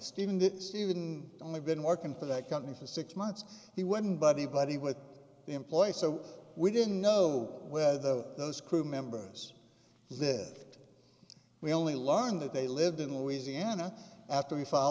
stephen did stephen only been working for that company for six months he wouldn't buddy buddy with the employ so we didn't know whether those crew members that we only learned that they lived in louisiana after we f